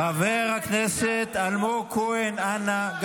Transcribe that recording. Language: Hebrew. חבר הכנסת אלמוג כהן, אנא.